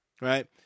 right